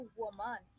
woman